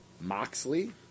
Moxley